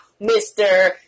Mr